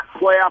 playoff